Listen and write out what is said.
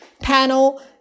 panel